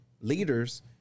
leaders